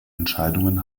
entscheidungen